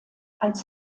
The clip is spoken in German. als